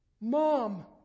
mom